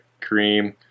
cream